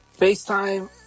FaceTime